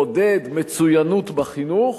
לעודד מצוינות בחינוך,